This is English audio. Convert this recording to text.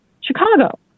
Chicago